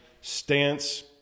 stance